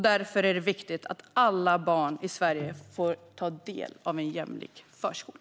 Därför är det viktigt att alla barn i Sverige får ta del av en jämlik förskola.